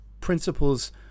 principles